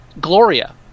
Gloria